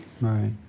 Right